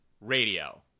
radio